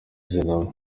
zenawi